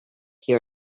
here